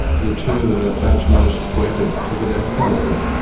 the two that are perhaps most wedded to the death penalty.